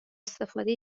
استفاده